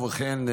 ובכן,